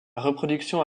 reproduction